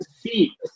see